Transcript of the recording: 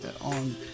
on